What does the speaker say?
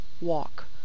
walk